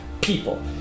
people